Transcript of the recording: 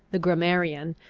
the grammarian,